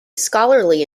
scholarly